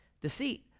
Deceit